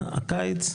הקיץ.